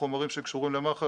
חומרים שקשורים למח"ש,